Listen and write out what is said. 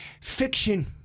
Fiction